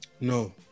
No